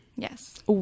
Yes